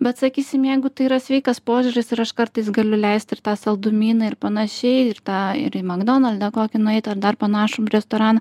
bet sakysim jeigu tai yra sveikas požiūris ir aš kartais galiu leisti ir tą saldumyną ir panašiai ir tą ir į magdonaldą kokį nueit ar dar panašų restoraną